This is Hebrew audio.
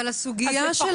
אבל הסוגיה של